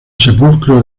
sepulcro